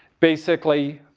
basically,